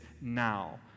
now